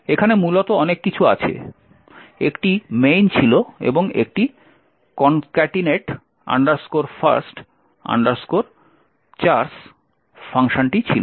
এখানে মূলত অনেক কিছু আছে একটি main ছিল এবং একটি concatenate first chars ফাংশন ছিল